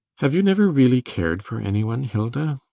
have you never really cared for any one, hilda?